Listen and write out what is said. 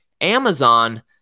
Amazon